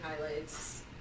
highlights